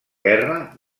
guerra